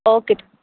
okay